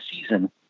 season